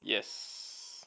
yes